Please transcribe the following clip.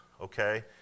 okay